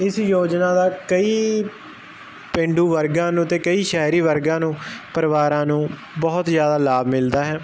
ਇਸ ਯੋਜਨਾ ਦਾ ਕਈ ਪੇਂਡੂ ਵਰਗਾਂ ਨੂੰ ਤੇ ਕਈ ਸ਼ਹਿਰੀ ਵਰਗਾਂ ਨੂੰ ਪਰਿਵਾਰਾਂ ਨੂੰ ਬਹੁਤ ਜ਼ਿਆਦਾ ਲਾਭ ਮਿਲਦਾ ਹੈ